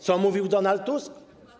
Co mówił Donald Tusk?